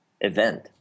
event